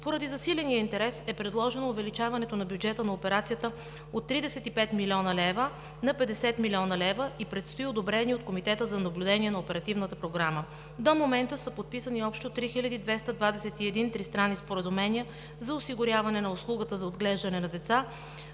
Поради засиленият интерес е предложено увеличаването на бюджета на операцията от 35 млн. лв. на 50 млн. лв. и предстои одобрение от Комитета за наблюдение на Оперативната програма. До момента са подписани общо 3221 тристранни споразумения за осигуряване на услугата за отглеждане на деца,